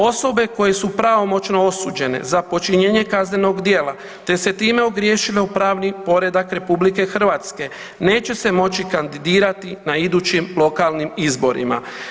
Osobe koje su pravomoćno osuđen za počinjenje kaznenog djela te se time ogriješili o pravni poredak RH neće se moći kandidirati na idućim lokalnim izborima.